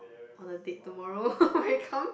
or the date tomorrow I come